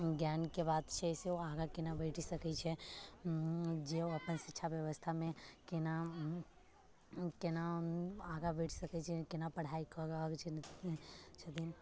ज्ञान के बात छै से ओ आगाँ केना बढ़ि सकै छै जे ओ अपन शिक्षा व्यवस्था मे केना केना आगाँ बढ़ि सकै छै केना पढ़ाइ कऽ रहल छै छथिन